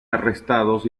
arrestados